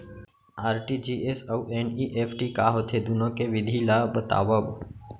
RTGS अऊ NEFT का होथे, दुनो के विधि ला बतावव